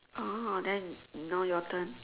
oh then now your turn